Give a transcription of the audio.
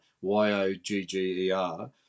Y-O-G-G-E-R